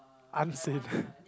I'm saved